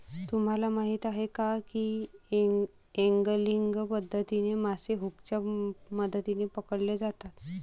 तुम्हाला माहीत आहे का की एंगलिंग पद्धतीने मासे हुकच्या मदतीने पकडले जातात